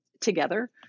together